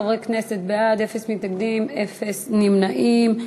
עשרה חברי כנסת בעד, אפס מתנגדים, אפס נמנעים.